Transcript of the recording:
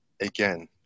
Again